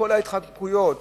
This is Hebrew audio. בכל ההתחמקויות